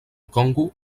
congo